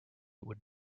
would